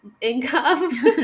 income